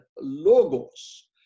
logos